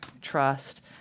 Trust